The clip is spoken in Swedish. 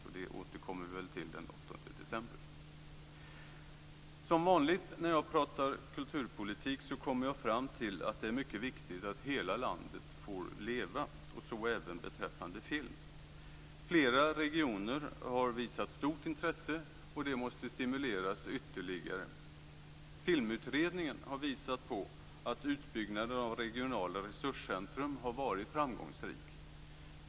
Till detta återkommer vi väl den 8 december. När jag pratar kulturpolitik kommer jag vanligtvis fram till att det är mycket viktigt att hela landet får leva, och så är det även beträffande film. Flera regioner har visat stort intresse, och det måste stimuleras ytterligare. Filmutredningen har visat att utbyggnaden av regionala resurscentrum har varit framgångsrik.